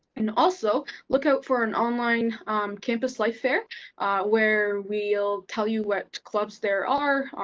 and also, look out for an online campus life fair where we'll tell you what clubs there are.